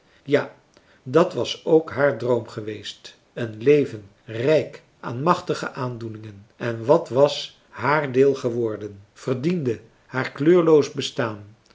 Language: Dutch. ja dat was ook haar droom geweest een leven rijk aan machtige aandoeningen en wat was haar deel geworden verdiende haar kleurloos bestaan